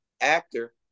actor